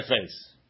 face